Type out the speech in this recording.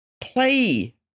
play